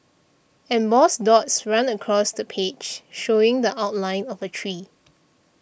embossed dots run across the page showing the outline of a tree